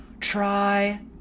try